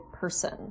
person